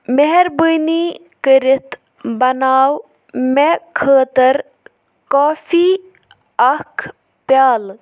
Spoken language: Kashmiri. مہربٲنی کٔرِتھ بناو مےٚ خٲطرٕ کافی اَکھ پیٛالہٕ